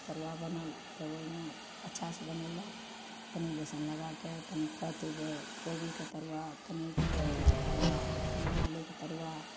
तरुआ बनल तब ओहिमे अच्छासँ बनेलहुँ तनी बेसन लगा कऽ तनी कटबै कोबीके तरुआ तनी अथीके तरुआ तनी आलूके तरुआ